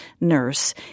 nurse